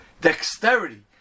dexterity